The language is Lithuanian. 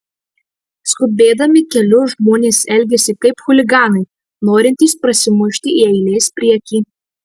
skubėdami keliu žmonės elgiasi kaip chuliganai norintys prasimušti į eilės priekį